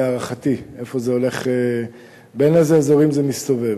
להערכתי, בין אילו אזורים זה מסתובב.